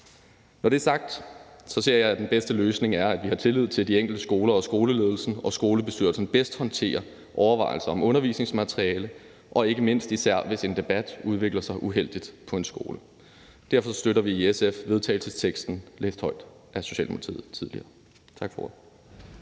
Når det er sagt, ser jeg, at den bedste løsning er, at vi har tillid til, at de enkelte skoler, skoleledelser og skolebestyrelser bedst håndterer overvejelser om undervisningsmateriale, ikke mindst især hvis en debat udvikler sig uheldigt på en skole. Derfor støtter vi i SF vedtagelsesteksten læst højt af Socialdemokratiet tidligere. Tak for